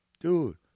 dude